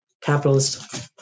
capitalist